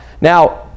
Now